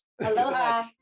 Aloha